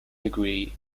degree